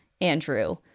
Andrew